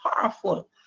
powerful